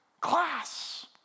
Class